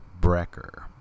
Brecker